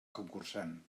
concursant